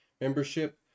membership